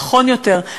נכון יותר,